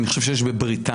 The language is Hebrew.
אני חושב שיש בבריטניה,